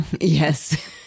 Yes